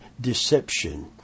deception